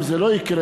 אם זה לא יקרה,